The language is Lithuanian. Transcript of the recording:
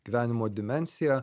gyvenimo dimensiją